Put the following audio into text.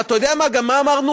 ואתה יודע גם מה אמרנו?